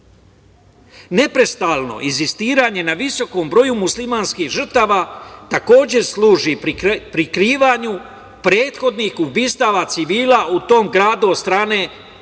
Neprestano insistiranje na visokom broju muslimanskih žrtava takođe služi prikrivanju prethodnih ubistava civila u tom gradu od strane